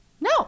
No